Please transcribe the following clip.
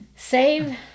Save